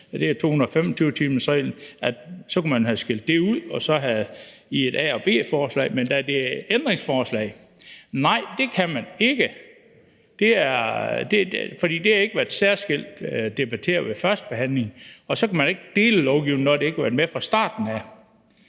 f.eks. her 225-timersreglen. Så kunne man have skilt det ud i et A- og B-forslag. Men da det er ændringsforslag, er svaret: Nej, det kan man ikke, for det har ikke været særskilt debatteret ved førstebehandlingen, og så kan man ikke kan dele lovforslaget, når det ikke har været med fra starten af.